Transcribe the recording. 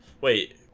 Wait